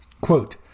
Quote